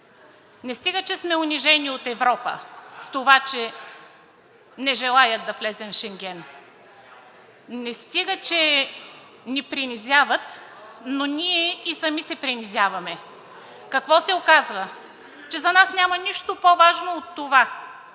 не стига че сме унижени от Европа, с това че не желаят да влезем в Шенген, не стига че ни принизяват, но ние и сами се принизяваме. Какво се оказва? Че за нас няма нищо по-важно от това